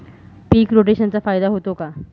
पीक रोटेशनचा फायदा होतो का?